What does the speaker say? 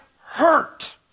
hurt